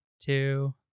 two